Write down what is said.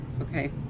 okay